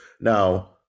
Now